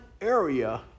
area